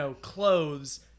clothes